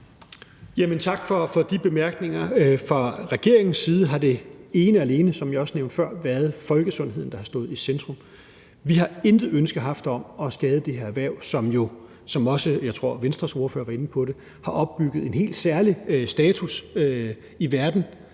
Tak for de bemærkninger. Fra regeringens side har det ene og alene, som jeg også nævnte før, været folkesundhed, der har stået i centrum. Vi har intet ønske haft om at skade det her erhverv, som jo, som jeg også tror Venstres ordfører var inde på, har opbygget en helt særlig status i verden